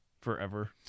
forever